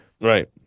Right